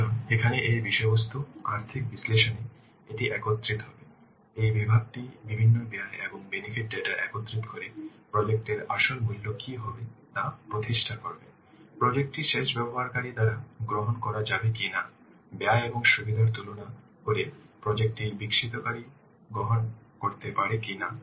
সুতরাং এখানে এই বিষয়বস্তু আর্থিক বিশ্লেষণে এটি একত্রিত হবে এই বিভাগটি বিভিন্ন ব্যয় এবং বেনিফিট ডেটা একত্রিত করে প্রজেক্ট এর আসল মূল্য কী হবে তা প্রতিষ্ঠা করবে প্রজেক্ট টি শেষ ব্যবহারকারী দ্বারা গ্রহণ করা যাবে কিনা ব্যয় এবং সুবিধার তুলনা করে প্রজেক্ট টি বিকশিতকারী গ্রহণ করতে পারে কিনা